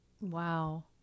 Wow